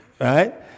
right